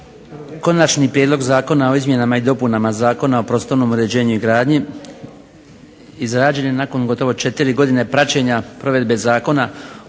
Konačni prijedlog zakona o izmjenama i dopunama Zakona o prostornom uređenju i gradnji izrađen je nakon gotovo četiri godine praćenja provedbe Zakona